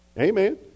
Amen